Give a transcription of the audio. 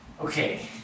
Okay